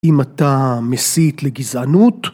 אם אתה מסית לגזענות